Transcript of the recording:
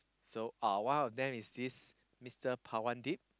so uh one of them is this mister Pawandit